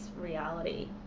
reality